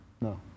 No